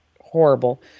horrible